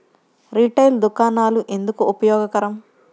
Retail దుకాణాలు ఎందుకు ఉపయోగకరం?